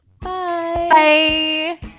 Bye